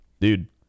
dude